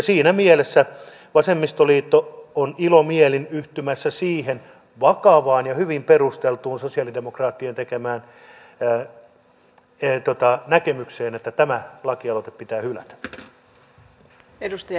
siinä mielessä vasemmistoliitto on ilomielin yhtymässä siihen vakavaan ja hyvin perusteltuun sosialidemokraattien tekemään näkemykseen että tämä lakialoite pitää hylätä